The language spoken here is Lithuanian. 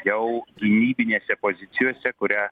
jau gynybinėse pozicijose kurią